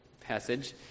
passage